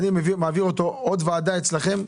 אני מעביר אותו עוד ועדה אצלכם?